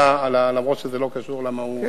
אומנם זה לא קשור למהות,